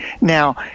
Now